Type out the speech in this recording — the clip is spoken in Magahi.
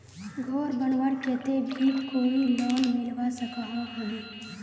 घोर बनवार केते भी कोई लोन मिलवा सकोहो होबे?